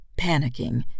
Panicking